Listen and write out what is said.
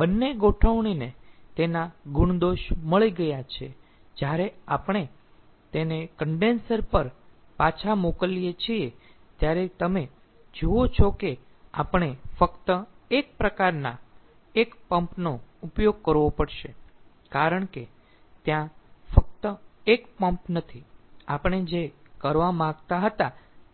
બંને ગોઠવણીને તેમના ગુણદોષ મળી ગયા છે જ્યારે આપણે તેને કન્ડેન્સર પર પાછા મોકલીએ છીએ ત્યારે તમે જુઓ છો કે આપણે ફક્ત 1 પ્રકારના 1 પંપ નો ઉપયોગ કરવો પડશે કારણ કે ત્યાં ફક્ત એક પંપ નથી આપણે જે કરવા માંગતા હતા